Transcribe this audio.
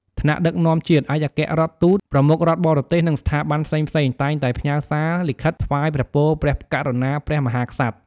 ថ្នាក់ដឹកនាំជាតិ ឯកអគ្គរដ្ឋទូត ប្រមុខរដ្ឋបរទេស និងស្ថាប័នផ្សេងៗ តែងតែផ្ញើសារលិខិតថ្វាយព្រះពរព្រះករុណាព្រះមហាក្សត្រ។